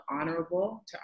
honorable